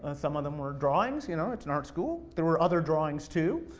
and some of them were drawings, you know, it's an art school. there were other drawings too.